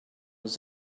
was